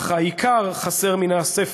אך העיקר חסר מן הספר,